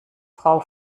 frau